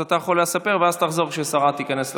אז אתה יכול לספר ואז תחזור כשהשרה תיכנס לאולם.